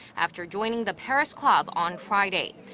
after joining the paris club on friday.